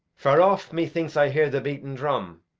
far off methinks i hear the beaten drum.